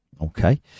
Okay